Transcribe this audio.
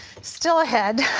still ahead,